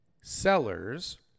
sellers